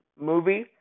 movie